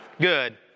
Good